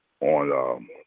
on